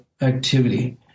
activity